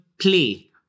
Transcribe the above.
play